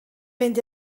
fynd